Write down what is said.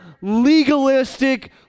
legalistic